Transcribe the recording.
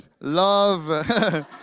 love